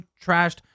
trashed